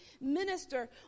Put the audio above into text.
minister